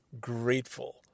grateful